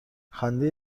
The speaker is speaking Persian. خنده